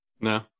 no